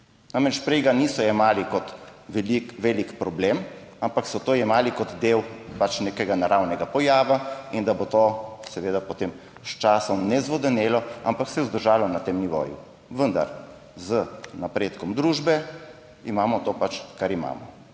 Namreč, prej ga niso jemali kot velik problem, ampak so to jemali kot del nekega naravnega pojava in da bo to seveda potem s časom ne zvodenelo, ampak se je vzdržalo na tem nivoju. Vendar z napredkom družbe imamo to pač, kar imamo.